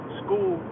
school